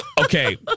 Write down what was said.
Okay